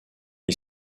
est